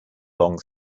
long